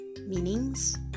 meanings